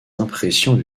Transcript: impressions